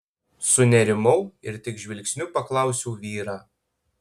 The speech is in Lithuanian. sunerimau ir tik žvilgsniu paklausiau vyrą